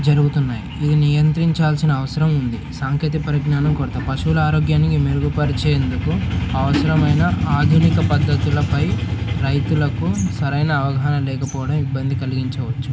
జరుగుతున్నాయి ఇది నియంత్రించాల్సిన అవసరం ఉంది సాంకేతిక పరిజ్ఞానం కొరత పశువుల ఆరోగ్యానికి మెరుగుపరిచేందుకు అవసరమైన ఆధునిక పద్ధతులపై రైతులకు సరైన అవగాహన లేకపోవడం ఇబ్బంది కలిగించవచ్చు